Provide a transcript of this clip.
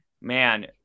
man